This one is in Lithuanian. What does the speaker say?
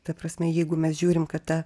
ta prasme jeigu mes žiūrim kad ta